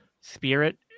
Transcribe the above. spirit